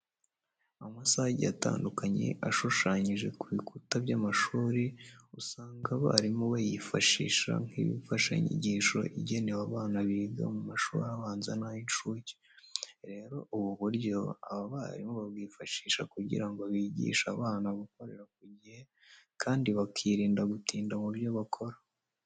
Amasaha agiye atandukanye ashushanyije ku bikuta by'amashuri usanga abarimu bayifashisha nk'imfashanyigisho igenewe abana biga mu mashuri abanza n'ay'incuke. Rero, ubu buryo aba barimu babwifashisha kugira ngo bigishe abana gukorera ku gihe kandi bakirinda gutinda mu byo bakora.